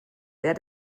wer